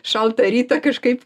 šaltą rytą kažkaip